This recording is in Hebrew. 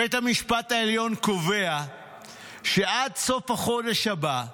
בית המשפט העליון קובע שעד סוף החודש הבא המדינה,